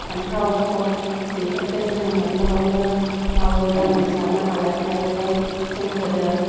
फानथाव सब बेफोरखो जोङो न'खरावनो मावै दाङै जानो हालायनायखाय जोंफोरो